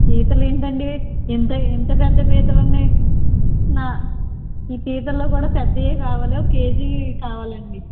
పీతలేంటండీ ఇంత ఇంత పెద్ద పీతలున్నాయి నా ఈ పీతల్లో కూడా పెద్దయే కావాలి ఒక కేజీ కావాలండి